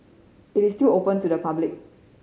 it still open to the public